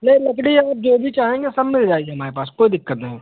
नहीं लकड़ी आप जो भी चाहेंगे सब मिल जाएगी हमारे पास कोई दिक़्क़त नहीं